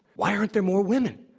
why aren't there more women?